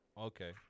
okay